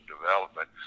development